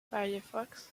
firefox